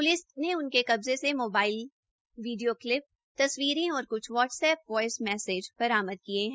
police ने उनके कब्जे से मोबाईल वीडियो क्लिप तस्वीरें और कुछ वट्स ऐप वोयस मैसेज बरामद किए हैं